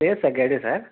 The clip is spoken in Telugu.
లేదు సార్ గైడ్ ఏ సార్